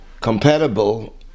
compatible